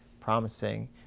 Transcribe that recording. promising